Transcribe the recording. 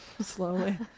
slowly